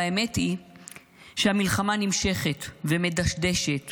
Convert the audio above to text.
האמת היא שהמלחמה נמשכת ומדשדשת